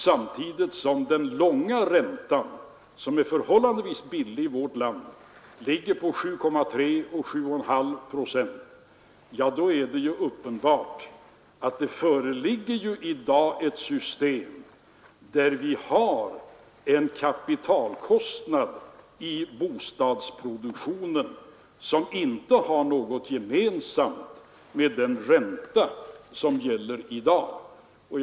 Samtidigt ligger den långa räntan, som är förhållandevis billig i vårt land, på 7,3 och 7,5 procent. Således är det uppenbart att vi enligt det system som i dag föreligger har en kapitalkostnad i bostadsproduktionen som inte har något gemensamt med den ränta som gäller för övrigt i dag.